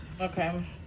Okay